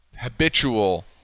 habitual